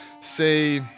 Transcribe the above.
Say